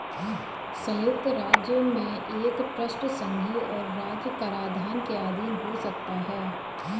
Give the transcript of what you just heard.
संयुक्त राज्य में एक ट्रस्ट संघीय और राज्य कराधान के अधीन हो सकता है